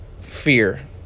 fear